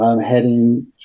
heading